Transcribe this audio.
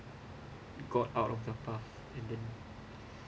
got out of the path